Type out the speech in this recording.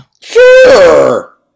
Sure